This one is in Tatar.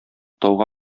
тауга